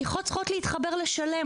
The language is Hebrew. החתיכות צריכות להתחבר לשם.